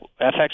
FX